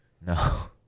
No